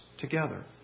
together